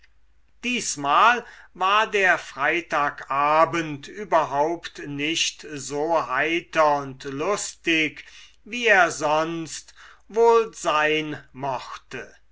diesmal war der freitagabend überhaupt nicht so heiter und lustig wie er sonst wohl sein mochte